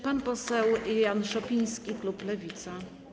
Pan poseł Jan Szopiński, klub Lewica.